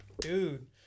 Dude